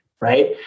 Right